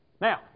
Now